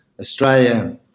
Australia